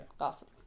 Awesome